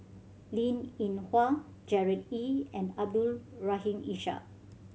Linn In Hua Gerard Ee and Abdul Rahim Ishak